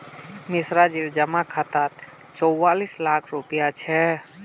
मिश्राजीर जमा खातात चौवालिस लाख रुपया छ